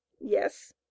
Yes